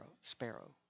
sparrow